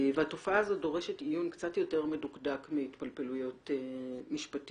התופעה הזו דורשת עיון קצת יותר מדוקדק מאשר התפלפלויות משפטיות.